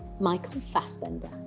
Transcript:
michael fassbender.